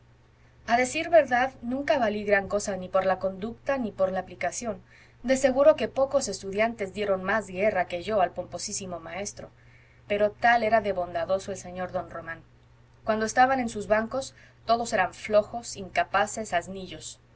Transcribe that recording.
a decir verdad nunca valí gran cosa ni por la conducta ni por la aplicación de seguro que pocos estudiantes dieron más guerra que yo al pomposísimo maestro pero tal era de bondadoso el señor don román cuando estaban en sus bancos todos eran flojos incapaces asnillos